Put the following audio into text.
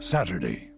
Saturday